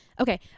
okay